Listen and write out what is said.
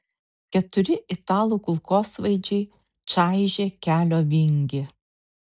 keturi italų kulkosvaidžiai čaižė kelio vingį